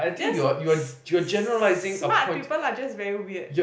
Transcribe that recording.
just s~ smart people are just very weird